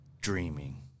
dreaming